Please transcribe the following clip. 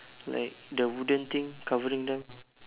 like the wooden thing covering them